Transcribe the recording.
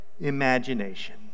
imagination